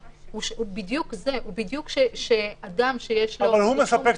הוא שאדם שיש לו רישום פלילי וגם אדם שאין לו --- אבל